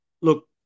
Look